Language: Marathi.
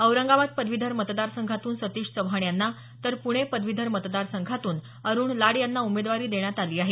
औरंगाबाद पदवीधर मतदारसंघातून सतीश चव्हाण यांना तर पूणे पदवीधर मतदारसंघातून अरुण लाड यांना उमेदवारी देण्यात आली आहे